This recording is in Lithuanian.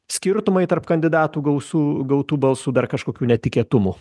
skirtumai tarp kandidatų gausų gautų balsų dar kažkokių netikėtumų